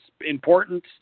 important